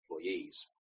employees